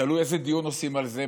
תלוי איזה דיון עושים על זה,